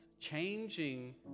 changing